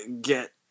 get